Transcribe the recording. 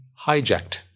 hijacked